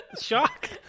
shock